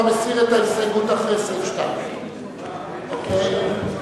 אתה מסיר את ההסתייגות אחרי סעיף 2. אוקיי.